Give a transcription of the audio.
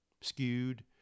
skewed